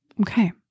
Okay